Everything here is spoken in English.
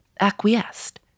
acquiesced